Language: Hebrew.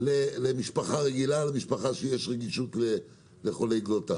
למשפחה רגילה ולמשפחה שיש רגישות לחולי גלוטן.